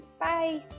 bye